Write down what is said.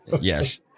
Yes